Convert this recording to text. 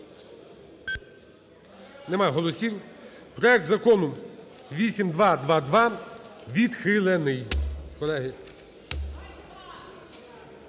Нема голосів. Проект Закону 8222 відхилений.